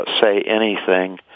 say-anything